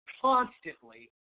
constantly